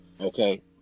Okay